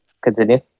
continue